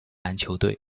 篮球队